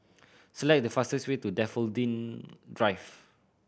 select the fastest way to Daffodil Drive